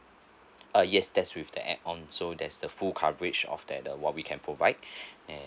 uh yes that's with the add on so that's the full coverage of that uh what we can provide and